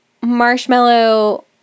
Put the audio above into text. Marshmallow